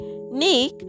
nick